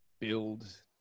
build